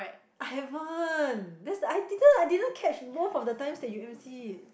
I haven't that's the I didn't I didn't catch both of the times that you ever see it